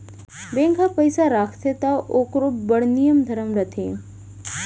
bank ह पइसा राखथे त ओकरो बड़ नियम धरम रथे